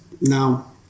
Now